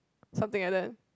something like that